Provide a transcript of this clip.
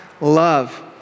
Love